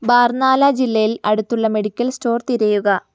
ബാർനാല ജില്ലയിൽ അടുത്തുള്ള medical store തിരയുക